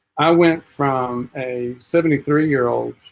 i went from a seventy three year old